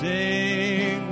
Sing